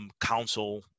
council